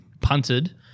punted